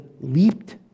leaped